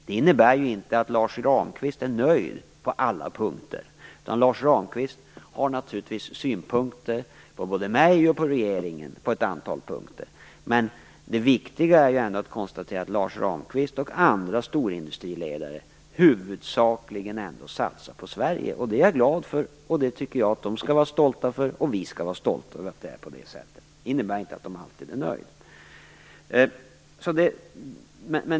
Det innebär ju inte att Lars Ramqvist är nöjd på alla punkter. Lars Ramqvist har naturligtvis synpunkter på både mig och regeringen på ett antal punkter. Men det viktiga är att konstatera att Lars Ramqvist och andra storindustriledare huvudsakligen satsar på Sverige. Det är jag glad för. Jag tycker att de skall vara stolta över det och att vi skall vara stolta över det. Men det innebär inte att de alltid är nöjda.